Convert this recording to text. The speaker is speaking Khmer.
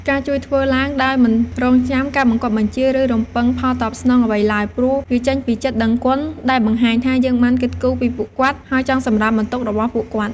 ការជួយធ្វើឡើងដោយមិនរង់ចាំការបង្គាប់បញ្ជា ឬរំពឹងផលតបស្នងអ្វីឡើយ ព្រោះវាចេញពីចិត្តដឹងគុណ ដែលបង្ហាញថា យើងបានគិតគូរពីពួកគាត់ ហើយចង់សម្រាលបន្ទុករបស់ពួកគាត់។